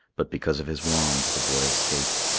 but because of his wand, the boy escaped.